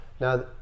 Now